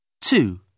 Two